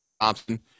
Thompson